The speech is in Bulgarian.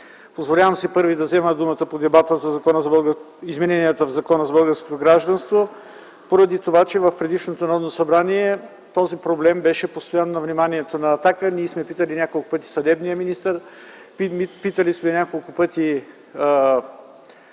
Позволявам си първи да взема думата по дебата по измененията в Закона за българското гражданство, поради това, че в предишното Народно събрание този проблем беше постоянно на вниманието на „Атака”. Ние сме питали няколко пъти съдебният министър, питали сме няколко пъти